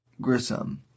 Grissom